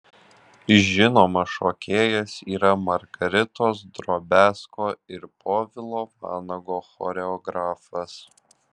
žinomas šokėjas yra margaritos drobiazko ir povilo vanago choreografas